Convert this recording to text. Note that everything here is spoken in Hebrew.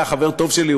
היה חבר טוב שלי,